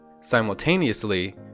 Simultaneously